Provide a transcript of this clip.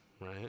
right